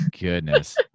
goodness